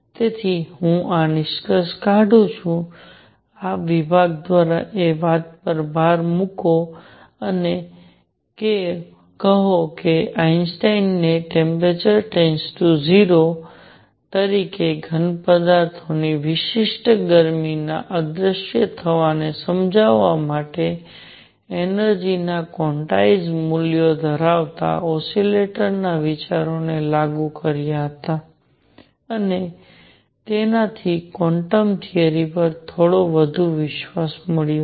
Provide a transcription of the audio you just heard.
તેથી હું આ નિષ્કર્ષ કાઢું છું આ વિભાગ દ્વારા એ વાત પર ભાર મૂકીને કે આઇન્સ્ટાઇને ટેમ્પરેચર → 0 તરીકે ઘનપદાર્થોની વિશિષ્ટ ગરમીના અદૃશ્ય થવાને સમજાવવા માટે એનર્જિ ના ક્વોન્ટાઇઝ્ડ મૂલ્યો ધરાવતા ઓસિલેટરના વિચારોને લાગુ કર્યા હતા અને તેનાથી ક્વોન્ટમ થિયરી પર થોડો વધુ વિશ્વાસ મળ્યો હતો